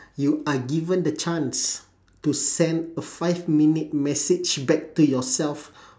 you are given the chance to send a five minute message back to yourself